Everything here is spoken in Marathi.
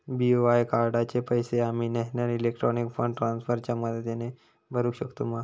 बी.ओ.आय कार्डाचे पैसे आम्ही नेशनल इलेक्ट्रॉनिक फंड ट्रान्स्फर च्या मदतीने भरुक शकतू मा?